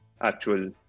actual